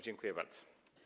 Dziękuję bardzo.